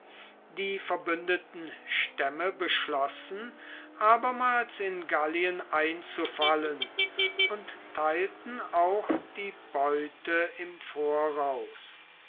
die verbündeten stämme beschlossen abermals in gallien einzufallen und teilten auch die beute im voraus